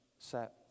set